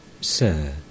Sir